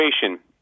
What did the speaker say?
situation